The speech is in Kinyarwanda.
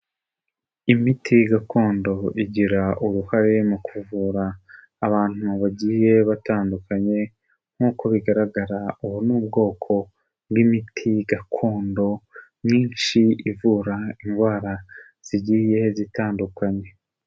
Imiti gakondo igira uruhare mu kuvura abantu bagiye batandukanye, nk'uko bigaragara ubu ni ubwoko bw'imiti gakondo myinshi ivura indwara zigiye zitandukanye.